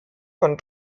von